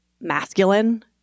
masculine